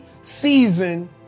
season